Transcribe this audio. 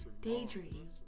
Daydream